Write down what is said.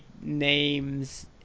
names